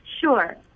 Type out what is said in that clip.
sure